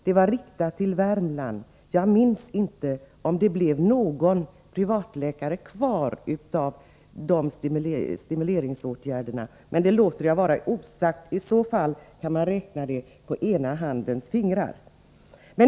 Den var riktad till Värmland. Jag minns inte om det blev någon privatläkare kvar efter de stimulansåtgärderna, men det låter jag vara osagt. I så fall kan man emellertid räkna dem på ena handens fingrar.